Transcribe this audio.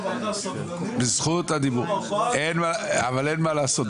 אין מה לעשות,